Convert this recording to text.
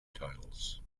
titles